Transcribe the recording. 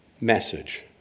message